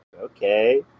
Okay